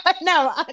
no